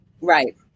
Right